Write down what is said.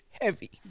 heavy